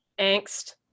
angst